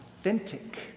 Authentic